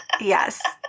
yes